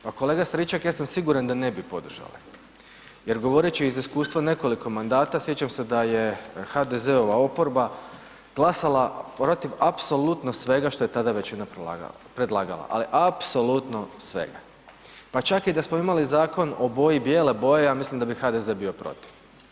Pa kolega Stričak ja sam siguran da ne bi podržali jer govoreći iz iskustva nekoliko mandata sjećam se da je HDZ-ova oporba glasala protiv apsolutno svega što je tada većina predlagala, ali apsolutno svega pa čak i da smo imali zakon o boji bijele boje, ja mislim da bi HDZ bio protiv.